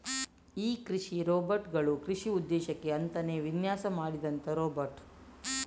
ಈ ಕೃಷಿ ರೋಬೋಟ್ ಗಳು ಕೃಷಿ ಉದ್ದೇಶಕ್ಕೆ ಅಂತಾನೇ ವಿನ್ಯಾಸ ಮಾಡಿದಂತ ರೋಬೋಟ್